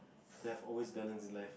they have always balance in life